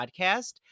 podcast